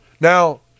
Now